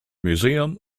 museum